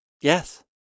Yes